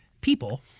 people